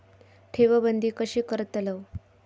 ठेव बंद कशी करतलव?